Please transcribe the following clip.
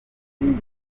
tubamo